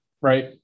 Right